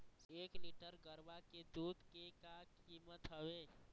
एक लीटर गरवा के दूध के का कीमत हवए?